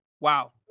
Wow